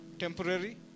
temporary